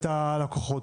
את הלקוחות.